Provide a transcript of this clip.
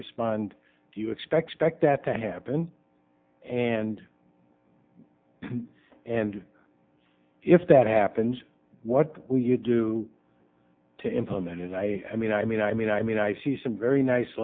respond do you expect spec that to happen and and if that happens what will you do to implement it i mean i mean i mean i mean i see some very nice